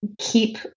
keep